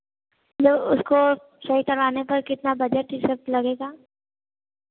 लो उसको सही कराने पर कितना बजट उजट लगेगा